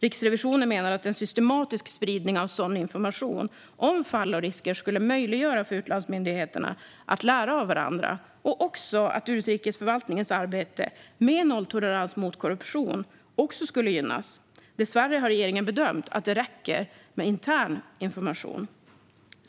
Riksrevisionen menar att en systematisk spridning av sådan information om fall och risker skulle möjliggöra för utlandsmyndigheterna att lära av varandra och att utrikesförvaltningens arbete med nolltolerans mot korruption också skulle gynnas. Dessvärre har regeringen bedömt att det räcker med intern information.